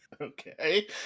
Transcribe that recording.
Okay